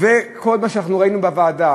וכל מה שאנחנו ראינו בוועדה,